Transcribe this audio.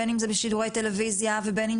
בין אם זה בשידורי טלוויזיה ובין אם